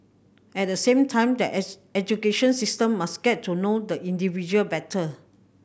at the same time the education system must get to know the individual better